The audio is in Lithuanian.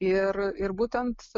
ir ir būtent